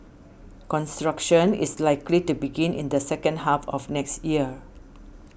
construction is likely to begin in the second half of next year